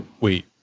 wait